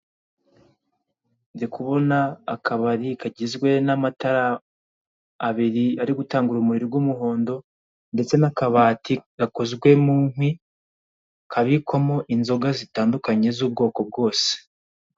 Ndi kubona akabari kagizwe n'amatara abiri ari gutanga urumuri rw'umuhondo ndetse n'akabati gakozwe mu nkwi kabikwamo inzoga zitandukanye z'ubwoko bwose.